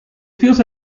feels